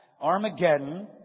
Armageddon